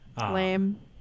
lame